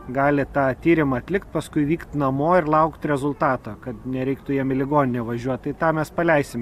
gali tą tyrimą atlikt paskui vykt namo ir laukt rezultato kad nereiktų jam į ligoninę važiuot tai tą mes paleisim